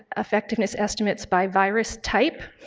effectiveness estimates by virus type,